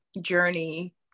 journey